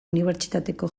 unibertsitateko